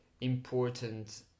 important